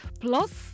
Plus